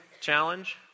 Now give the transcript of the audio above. challenge